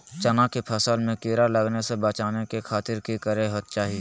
चना की फसल में कीड़ा लगने से बचाने के खातिर की करे के चाही?